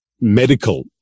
medical